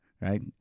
right